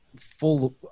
full